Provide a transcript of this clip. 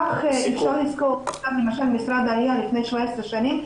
כך למשל, משרד העלייה, לפני 17 שנים,